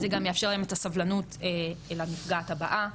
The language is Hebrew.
זה גם יאפשר להם את הסבלנות לנפגעת הבאה.